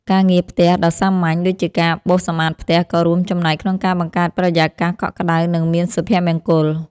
ការងារផ្ទះដ៏សាមញ្ញដូចជាការបោសសម្អាតផ្ទះក៏រួមចំណែកក្នុងការបង្កើតបរិយាកាសកក់ក្តៅនិងមានសុភមង្គល។